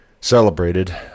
celebrated